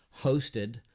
hosted